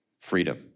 Freedom